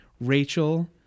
Rachel